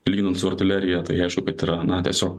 lyginant su artilerija tai aišku kad yra na tiesiog